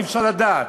אי-אפשר לדעת,